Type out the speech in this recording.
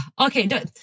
Okay